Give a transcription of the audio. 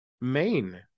main